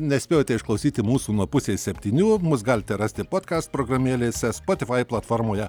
nespėjote išklausyti mūsų nuo pusės septynių mus galite rasti bet kas programėlėse spotifai platformoje